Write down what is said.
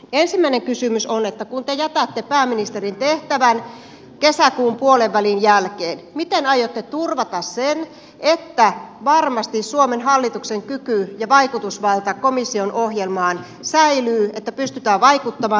ensimmäinen kysymys on että kun te jätätte pääministerin tehtävän kesäkuun puolenvälin jälkeen miten aiotte turvata sen että varmasti suomen hallituksen kyky ja vaikutusvalta komission ohjelmaan säilyy että pystytään vaikuttamaan